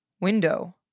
Window